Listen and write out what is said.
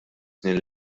snin